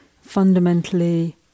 fundamentally